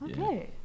Okay